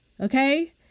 Okay